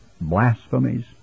blasphemies